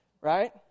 right